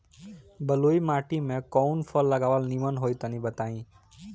बलुई माटी में कउन फल लगावल निमन होई तनि बताई?